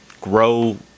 grow